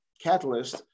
catalyst